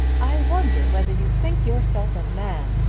i wonder whether you think yourself a man!